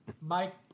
Mike